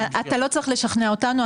אתה לא צריך לשכנע אותנו,